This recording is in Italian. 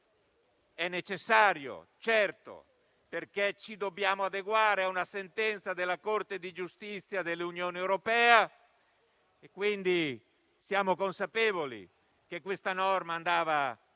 necessario perché ci dobbiamo adeguare a una sentenza della Corte di giustizia dell'Unione europea. Siamo quindi consapevoli che questa norma andava